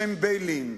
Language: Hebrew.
השם "ביילין",